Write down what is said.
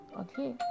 okay